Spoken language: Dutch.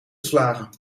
geslagen